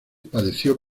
padeció